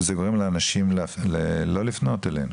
זה גורם לאנשים לא לפנות אליהם.